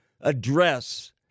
address